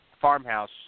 farmhouse